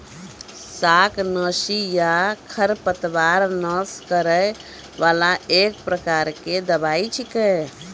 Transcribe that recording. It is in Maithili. शाकनाशी या खरपतवार नाश करै वाला एक प्रकार के दवाई छेकै